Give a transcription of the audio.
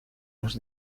los